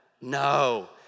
No